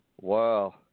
Wow